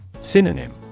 Synonym